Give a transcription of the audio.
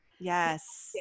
Yes